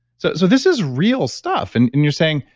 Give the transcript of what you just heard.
so so this is real stuff. and and you're saying,